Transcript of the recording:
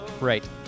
Right